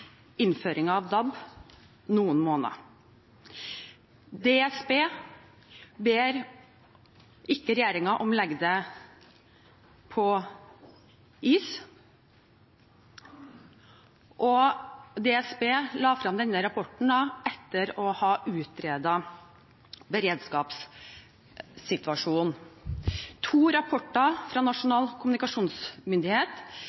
av DAB i noen måneder. DSB ber ikke regjeringen om å legge dette på is. DSB la frem denne rapporten etter å ha utredet beredskapssituasjonen. To rapporter fra